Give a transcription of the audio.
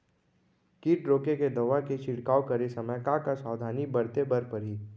किट रोके के दवा के छिड़काव करे समय, का का सावधानी बरते बर परही?